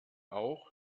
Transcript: auch